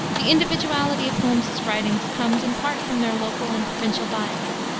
the individuality of holmes's writings comes in part from their local and provincial bias.